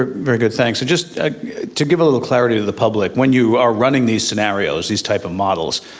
very good, thanks. and just to give a little clarity to the public, when you are running these scenarios, these type of models,